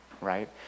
right